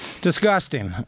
Disgusting